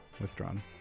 Withdrawn